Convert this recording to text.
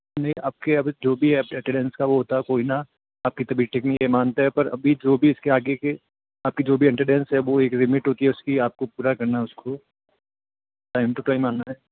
नहीं आपके अब जो भी है अटेंडेंस का वो होता है कोई ना आपकी तबियत ठीक नहीं ये मानते हैं पर अभी जो भी इसके आगे की आपकी जो भी अटेंडेंस है वो एक लिमिट होती है उसकी आपको पूरा करना है उसको टाइम टु टाइम आना है